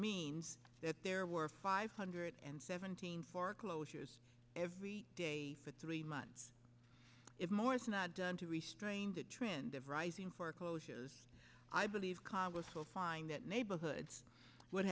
means that there were five hundred and seventeen foreclosures every three months if more it's not done to restrain the trend of rising foreclosures i believe congress will find that neighborhoods would